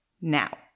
Now